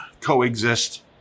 coexist